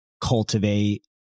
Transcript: cultivate